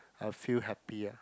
I will feel happier